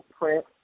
print